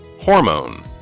Hormone